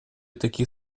таких